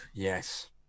Yes